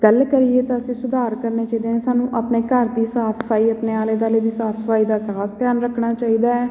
ਗੱਲ ਕਰੀਏ ਤਾਂ ਅਸੀਂ ਸੁਧਾਰ ਕਰਨੇ ਚਾਹੀਦੇ ਸਾਨੂੰ ਆਪਣੇ ਘਰ ਦੀ ਸਾਫ ਸਫਾਈ ਆਪਣੇ ਆਲੇ ਦੁਆਲੇ ਦੀ ਸਾਫ਼ ਸਫਾਈ ਦਾ ਖਾਸ ਧਿਆਨ ਰੱਖਣਾ ਚਾਹੀਦਾ ਹੈ